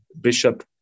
Bishop